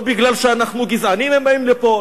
לא משום שאנחנו גזענים הם באים לפה,